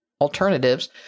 alternatives